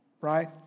Right